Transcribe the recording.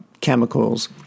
chemicals